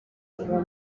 ubu